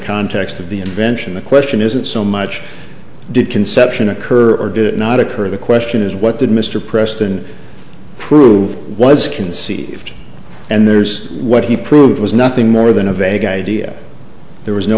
context of the invention the question isn't so much did conception occur or did it not occur the question is what did mr preston prove was conceived and there's what he proved was nothing more than a vague idea there was no